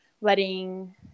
letting